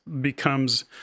becomes